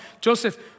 Joseph